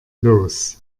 los